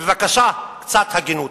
בבקשה, קצת הגינות.